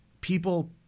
people